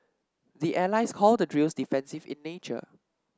the allies call the drills defensive in nature